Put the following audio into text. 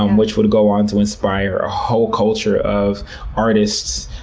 um which would go on to inspire a whole culture of artists,